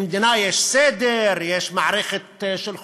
למדינה יש סדר, יש מערכת של חוקים,